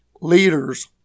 leaders